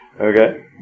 okay